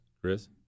Chris